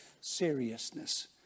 seriousness